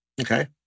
okay